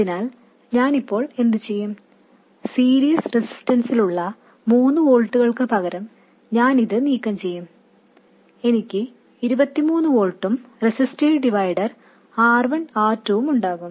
അതിനാൽ ഞാൻ ഇപ്പോൾ എന്തുചെയ്യും സീരീസ് റെസിസ്റ്റൻസിലുള്ള മൂന്ന് വോൾട്ടുകൾക്ക് പകരം ഞാൻ ഇത് നീക്കംചെയ്യും എനിക്ക് 23 വോൾട്ടും റെസിസ്റ്റീവ് ഡിവൈഡർ R1 R2 ഉം ഉണ്ടാകും